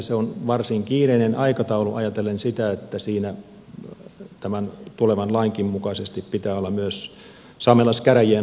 se on varsin kiireinen aikataulu ajatellen sitä että siinä tämän tulevan lainkin mukaisesti pitää olla myös saamelaiskäräjien lausunto